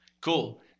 cool